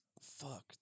Fuck